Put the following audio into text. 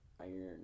Iron